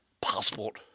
passport